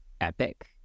epic